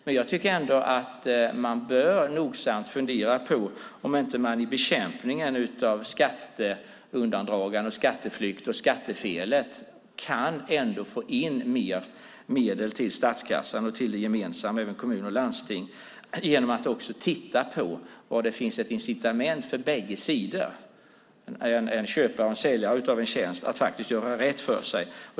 Men jag tycker att man nogsamt bör fundera på om man inte i bekämpningen av skatteundandragande, skatteflykt och skattefelet ändå kan få in mer medel till statskassan och till det gemensamma, även kommuner och landsting, genom att också titta på var det finns ett incitament för bägge sidor - alltså en köpare och en säljare av en tjänst - att faktiskt göra rätt för sig.